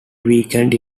weekend